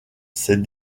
ces